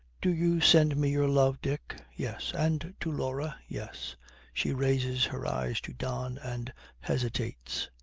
do you send me your love, dick? yes. and to laura? yes she raises her eyes to don, and hesitates.